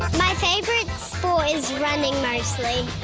my favourite sport is running mostly.